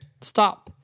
stop